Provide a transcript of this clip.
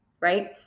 right